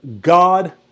God